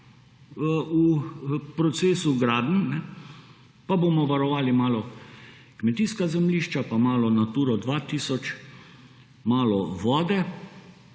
v procesu gradenj, pa bomo varovali malo kmetijska zemljišča, pa malo Naturo 2000, malo vode.